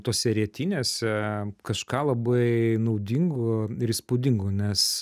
tose rietynėse kažką labai naudingo ir įspūdingo nes